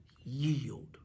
yield